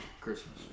Christmas